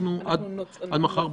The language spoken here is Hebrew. אנחנו נפיץ הודעה.